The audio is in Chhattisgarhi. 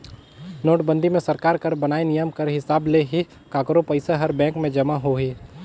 नोटबंदी मे सरकार कर बनाय नियम कर हिसाब ले ही काकरो पइसा हर बेंक में जमा होही